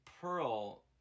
Pearl